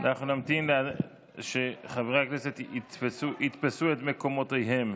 נמתין שחברי הכנסת יתפסו את מקומותיהם.